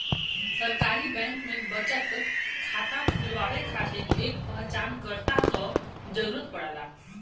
सरकारी बैंक में बचत खाता खुलवाये खातिर एक पहचानकर्ता क जरुरत पड़ला